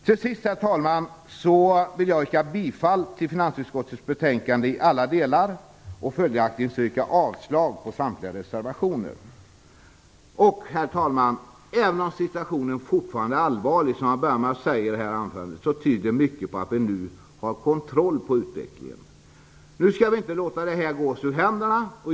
Till sist, herr talman, vill jag yrka bifall till hemställan i finansutskottets betänkande i alla delar. Följaktligen yrkar jag avslag på samtliga reservationer. Herr talman! Även om situationen fortfarande är allvarlig, som jag började med att säga i detta anförande, tyder mycket på att vi nu har kontroll över utvecklingen. Nu skall vi inte låta detta gå oss ur händerna.